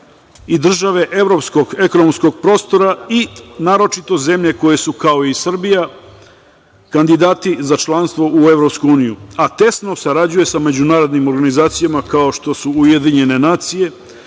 i države evropskog ekonomskog prostora i naročito zemlje koje su kao i Srbija kandidati za članstvo u EU, a tesno sarađuje sa međunarodnim organizacijama, kao što su Ujedinjene nacije,